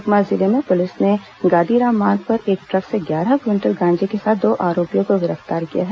सुकमा जिले में पूलिस ने गादीराम मार्ग पर एक ट्रक से ग्यारह क्विंटल गांजे के साथ दो आरोपियों को गिरफ्तार किया है